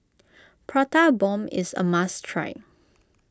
Prata Bomb is a must try